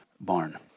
barn